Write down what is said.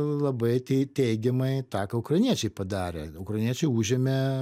labai tei teigiamai tą ką ukrainiečiai padarė ukrainiečiai užėmė